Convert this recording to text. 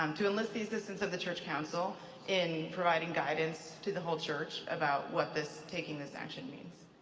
um to enlist the assistance of the church council in providing guidance to the whole church about what this, taking this action means.